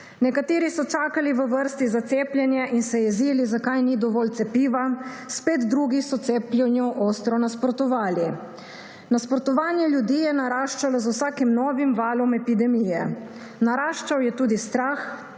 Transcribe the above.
Nekateri so čakali v vrsti za cepljenje in se jezili, zakaj ni dovolj cepiva, spet drugi so cepljenju ostro nasprotovali. Nasprotovanje ljudi je naraščalo z vsakim novim valom epidemije. Naraščal je tudi strah,